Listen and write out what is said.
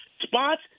spots